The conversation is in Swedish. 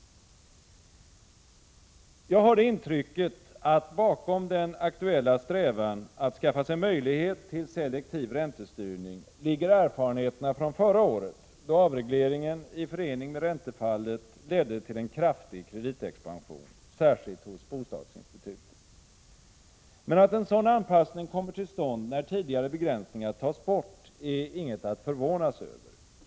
Jag har det intrycket att bakom den aktuella strävan att skaffa sig möjlighet till selektiv räntestyrning ligger erfarenheterna från förra året, då avregleringeni förening med räntefallet ledde till en kraftig kreditexpansion, särskilt hos bostadsinstituten. Men att en sådan anpassning kommer till stånd, när tidigare begränsningar tas bort, är inget att förvånas över.